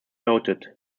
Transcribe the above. noted